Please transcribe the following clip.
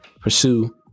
pursue